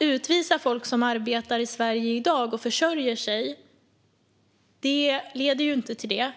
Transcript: Utvisning av folk som i dag arbetar i Sverige och försörjer sig själva leder ju inte till det, utan